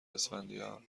اسفندیار